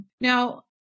Now